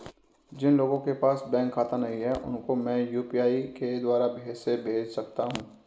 जिन लोगों के पास बैंक खाता नहीं है उसको मैं यू.पी.आई के द्वारा पैसे भेज सकता हूं?